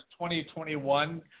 2021